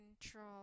control